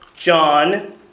John